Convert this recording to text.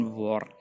war